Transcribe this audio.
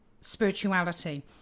spirituality